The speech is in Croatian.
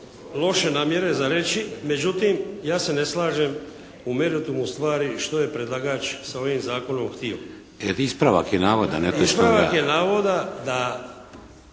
loše namjere za reći. Međutim, ja se ne slažem u meritumu stvari što je predlagač sa ovim zakonom htio. **Šeks, Vladimir (HDZ)**